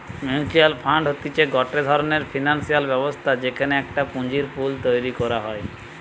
mutual fund হতিছে গটে ধরণের ফিনান্সিয়াল ব্যবস্থা যেখানে একটা পুঁজির পুল তৈরী করা হয়